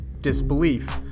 Disbelief